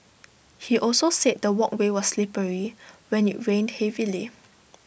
he also said the walkway was slippery when IT rained heavily